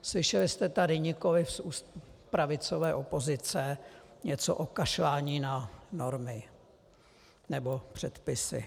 Slyšeli jste tady nikoli z úst pravicové opozice něco o kašlání na normy nebo předpisy.